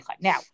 Now